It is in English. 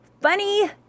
funny